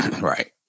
Right